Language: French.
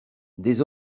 des